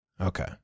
Okay